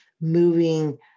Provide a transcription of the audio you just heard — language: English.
moving